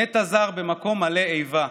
נטע זר במקום מלא איבה.